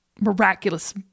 miraculous